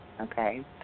okay